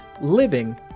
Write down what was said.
living